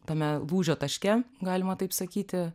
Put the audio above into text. tame lūžio taške galima taip sakyti